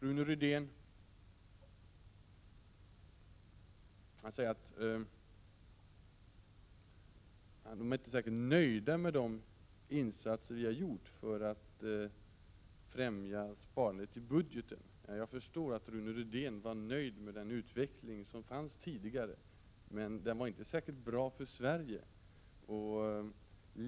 Rune Rydén säger att moderaterna inte är särskilt nöjda med de insatser som regeringen har gjort i budgeten för att främja sparandet. Nej, jag förstår att Rune Rydén var nöjd med den utveckling som var tidigare, men den utvecklingen var inte särskilt bra för Sverige.